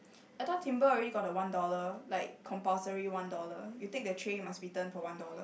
I thought Timbre already have the one dollar like compulsory one dollar you take the tray you must return for one dollar